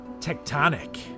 tectonic